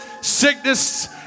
sickness